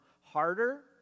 harder